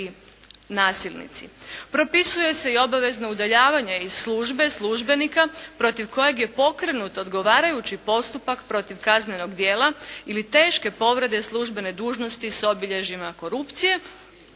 nasilnici. Propisuje se i obavezno udaljavanje iz službe službenika protiv kojeg je pokrenut odgovarajući postupak protiv kaznenog djela ili teške povrede službene dužnosti s obilježjima korupcije.